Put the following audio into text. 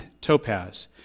topaz